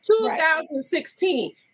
2016